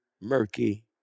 murky